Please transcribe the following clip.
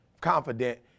confident